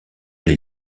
les